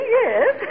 yes